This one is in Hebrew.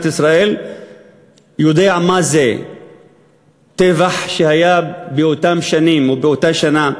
ישראל יודע מה זה הטבח שהיה באותה שנה,